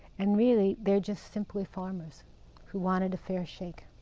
and really they're just simply farmers who wanted a fair shake.